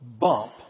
bump